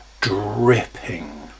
dripping